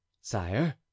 Sire